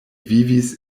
vivis